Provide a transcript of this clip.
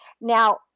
Now